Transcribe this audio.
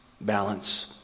balance